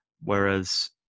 Whereas